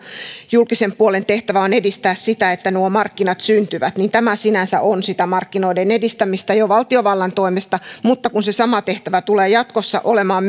julkisen puolen tehtävä on edistää sitä että nuo markkinat syntyvät niin tämä sinänsä on sitä markkinoiden edistämistä jo valtiovallan toimesta mutta kun se sama tehtävä tulee jatkossa olemaan